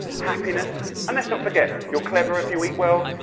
happiness and let's not forget, you're clever if you eat well,